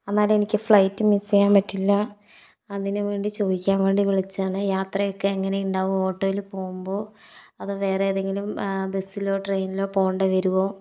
എന്നാലേ എനിക്ക് flight miss ചെയ്യാൻ പറ്റില്ല അതിനുവേണ്ടി ചോദിക്കാൻ വേണ്ടി വിളിച്ചതാണ് യാത്രയൊക്കെ എങ്ങനെയുണ്ടാവും ഓട്ടോയിൽ പോവുമ്പോൾ അതോ വേറെ ഏതെങ്കിലും ബസ്സിലോ ട്രെയിനിലോ പോകേണ്ടി വരുമോ